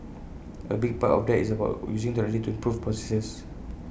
A big part of that is about using technology to improve processes